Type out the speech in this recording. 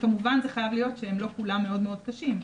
וכמובן זה חייב להיות שלא כולם מאוד קשים,